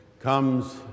comes